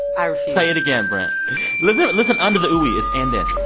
i refuse play it again, brent listen but listen under the ooh wee. it's and then